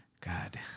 God